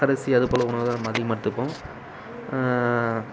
அரிசி அது போல உணவு தான் நம்ம அதிகமாக எடுத்துப்போம்